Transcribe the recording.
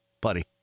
buddy